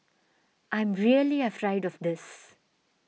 I am really afraid of this